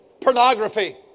pornography